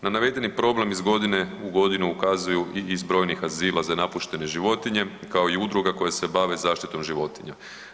Na navedeni problem iz godine u godinu ukazuju i iz brojnih azila za napuštene životinje, kao i udruge koje se bave zaštitom životinja.